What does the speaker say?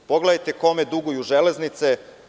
Pogledajte kome duguju „Železnice“